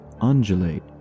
undulate